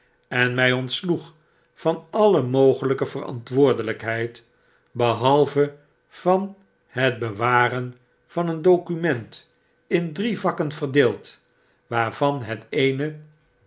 en my ont sloeg van alle mogelpe verantwoordelpheid behalve van het bewaren van een document in drie vakken verdeeld waarvan het eene